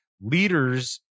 leaders